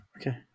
Okay